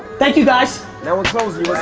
thank you guys. now we're closing.